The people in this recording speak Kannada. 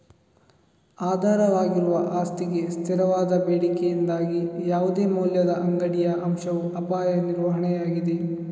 ಆಧಾರವಾಗಿರುವ ಆಸ್ತಿಗೆ ಸ್ಥಿರವಾದ ಬೇಡಿಕೆಯಿಂದಾಗಿ ಯಾವುದೇ ಮೌಲ್ಯದ ಅಂಗಡಿಯ ಅಂಶವು ಅಪಾಯ ನಿರ್ವಹಣೆಯಾಗಿದೆ